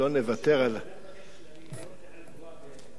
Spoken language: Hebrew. אני לא רוצה לפגוע באדוני זאב בילסקי,